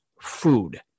food